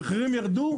מחירים ירדו?